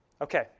Okay